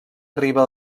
arriba